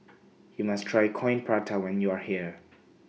YOU must Try Coin Prata when YOU Are here